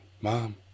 Mom